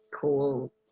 cool